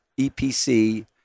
EPC